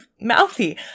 mouthy